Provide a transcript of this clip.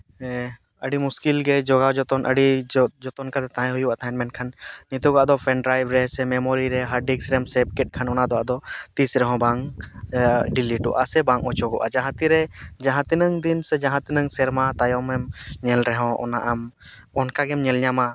ᱟᱹᱰᱤ ᱢᱩᱥᱠᱤᱞ ᱜᱮ ᱡᱚᱜᱟᱣ ᱡᱚᱛᱚᱱ ᱟᱹᱰᱤ ᱡᱚ ᱡᱚᱛᱚᱱ ᱠᱟᱛᱮ ᱛᱟᱦᱮᱸ ᱦᱩᱭᱩᱜᱼᱟ ᱛᱟᱦᱮᱱ ᱢᱮᱱᱠᱷᱟᱱ ᱱᱤᱛᱚᱜᱟᱜ ᱫᱚ ᱯᱮᱱᱰ ᱰᱨᱟᱭᱤᱯ ᱨᱮ ᱥᱮ ᱢᱮᱢᱳᱨᱤ ᱨᱮ ᱦᱟᱨᱰᱽᱰᱤᱠᱥ ᱨᱮᱢ ᱥᱮᱴ ᱠᱮᱫ ᱠᱷᱟᱱ ᱚᱱᱟ ᱫᱚ ᱟᱫᱚ ᱛᱤᱥ ᱨᱮᱦᱚᱸ ᱵᱟᱝ ᱰᱤᱞᱤᱴᱚᱜᱼᱟ ᱥᱮ ᱵᱟᱝ ᱚᱪᱚᱜᱚᱜᱼᱟ ᱡᱟᱦᱟᱸ ᱛᱤᱨᱮ ᱡᱟᱦᱟᱸ ᱛᱤᱱᱟᱹᱝᱫᱤᱱ ᱥᱮ ᱡᱟᱦᱟᱸ ᱛᱤᱱᱟᱹᱝ ᱥᱮᱨᱢᱟ ᱛᱟᱭᱱᱚᱢᱮᱢ ᱧᱮᱞ ᱨᱮᱦᱚᱸ ᱚᱱᱟ ᱟᱢ ᱚᱱᱠᱟ ᱜᱮᱢ ᱧᱮᱞ ᱧᱟᱢᱟ